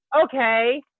okay